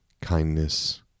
kindness